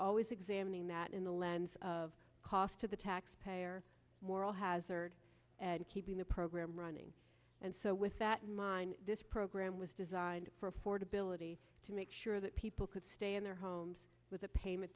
always examining that in the lens of cost to the taxpayer moral hazard and keeping the program running and so with that in mind this program was designed for affordability to make sure that people could stay in their homes with the payment